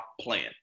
plan